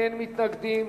אין מתנגדים,